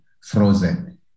frozen